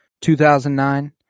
2009